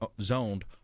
zoned